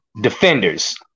defenders